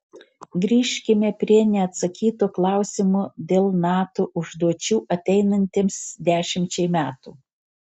grįžkime prie neatsakyto klausimo dėl nato užduočių ateinantiems dešimčiai metų